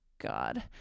God